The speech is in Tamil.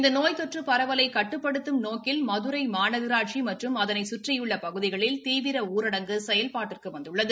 இந்த நோய் தொற்று பரவலை கட்டுப்படுத்தும் நோக்கில் மதுரை மாநகராட்சி மற்றும் அதனை கற்றிபுள்ள பகுதிகளில் தீவிர ஊரடங்கு செயல்பாட்டிற்கு வந்துள்ளது